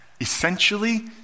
Essentially